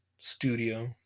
Studio